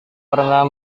pernah